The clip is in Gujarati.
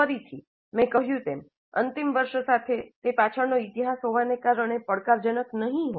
ફરીથી મેં કહ્યું તેમ અંતિમ વર્ષ સાથે તે પાછળનો ઇતિહાસ હોવાને કારણે ત પડકારજનક નહીં હોય